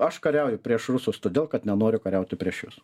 aš kariauju prieš rusus todėl kad nenoriu kariauti prieš jus